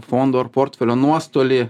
fondo ar portfelio nuostolį